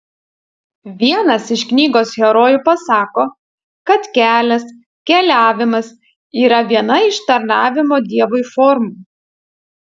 vienas iš knygos herojų pasako kad kelias keliavimas yra viena iš tarnavimo dievui formų